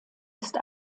ist